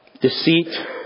deceit